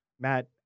Matt